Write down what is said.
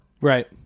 Right